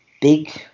big